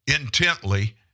intently